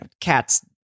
cats